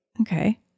Okay